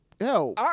Hell